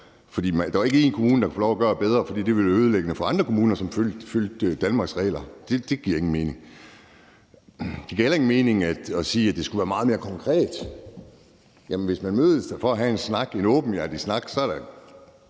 Der var ikke én kommune, der kunne få lov til at gøre det bedre, fordi det ville være ødelæggende for andre kommuner, som fulgte de danske regler. Det giver ingen mening. Det giver heller ingen mening at sige, at det skal være meget mere konkret. Hvis man mødes for at have en åben og ærlig snak, er det